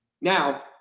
Now